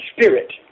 Spirit